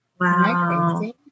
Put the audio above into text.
Wow